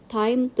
time